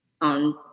on